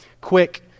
quick